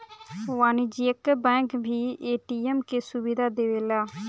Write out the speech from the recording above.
वाणिज्यिक बैंक भी ए.टी.एम के सुविधा देवेला